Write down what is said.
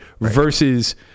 versus